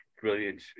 brilliant